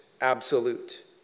absolute